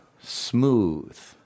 smooth